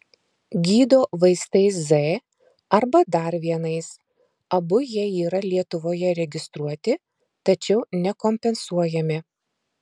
gydo vaistais z arba dar vienais abu jie yra lietuvoje registruoti tačiau nekompensuojami